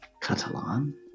Catalan